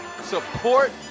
support